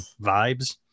vibes